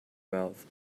mouth